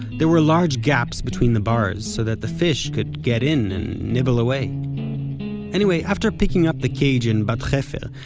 there were large gaps between the bars, so that the fish could get in, and nibble away anyway, after picking up the cage in bat hefer,